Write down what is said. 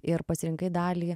ir pasirinkai dalį